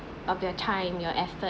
of your time your effort